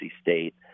State